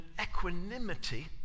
equanimity